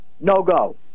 no-go